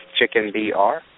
Chickenbr